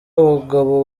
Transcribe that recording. abagabo